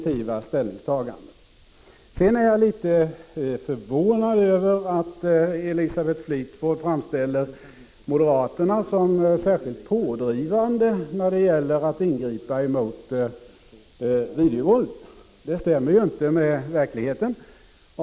Jag vill i det sammanhanget säga att jag är litet förvånad över att Elisabeth Fleetwood framställer moderaterna som särskilt pådrivande när det gäller att ingripa emot videovåldet. Det stämmer inte med verkligheten.